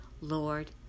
Lord